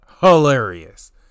Hilarious